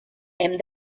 hem